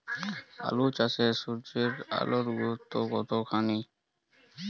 আলু চাষে সূর্যের আলোর গুরুত্ব কতখানি?